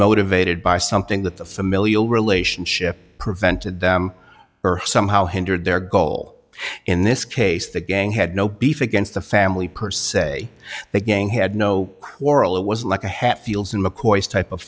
motivated by something that the familial relationship prevented them or somehow hindered their goal in this case the gang had no beef against the family percent the gang had no quarrel it was like a hatfields and mccoys type of